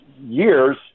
years